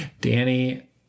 Danny